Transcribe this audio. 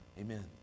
amen